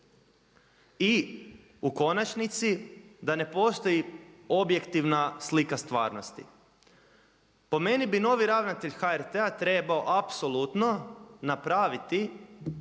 i u konačnici da ne postoji objektivna slika stvarnosti. Po meni bi novi ravnatelj HRT-a trebao apsolutno napraviti,